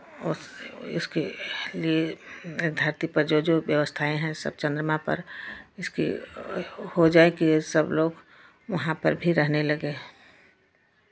और इसके लिए धरती पर जो जो व्यवस्थाएं है सब चन्द्रमा पर इसकी हो जाए कि ये सब लोग वहाँ पर भी रहने लगे